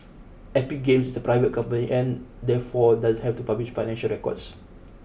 Epic Games is a private company and therefore doesn't have to publish financial records